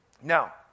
Now